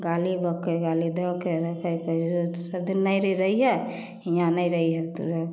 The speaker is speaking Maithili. गाली बक्कैवाली धऽके रखै से सबदिन नहिरे रहिहे हियाँ नहि रहिहे